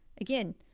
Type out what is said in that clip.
Again